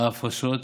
ההפרשות,